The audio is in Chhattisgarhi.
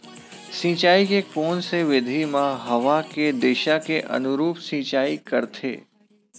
सिंचाई के कोन से विधि म हवा के दिशा के अनुरूप सिंचाई करथे?